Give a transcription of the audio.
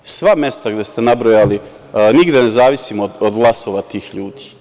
Sva mesta koja ste nabrojali, nigde ne zavisimo od glasova tih ljudi.